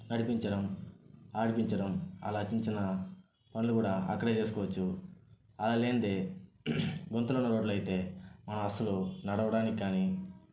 నడిపించడం ఆడిపించడం అలా చిన్న చిన్న పనులు కూడా అక్కడే చేసుకోవచ్చు అలాలేనిదే గుంతలున్న రోడ్లయితే ఆ అసలు నడవడానికి కానీ